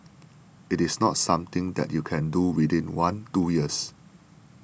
it is not something that you can do within one two years